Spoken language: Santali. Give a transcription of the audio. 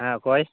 ᱦᱮᱸ ᱚᱠᱚᱭ